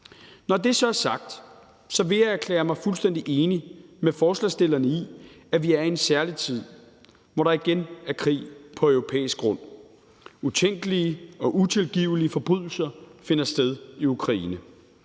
Når det så er sagt, vil jeg erklære mig fuldstændig enig med forslagsstillerne i, at vi er i en særlig tid, hvor der igen er krig på europæisk grund. Utænkelige og utilgivelige forbrydelser finder sted i Ukraine.